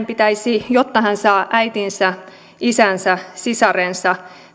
pitäisi jotta hän saa äitinsä isänsä sisarensa